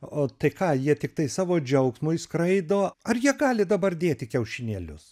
o tai ką jie tiktai savo džiaugsmui skraido ar jie gali dabar dėti kiaušinėlius